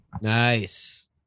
Nice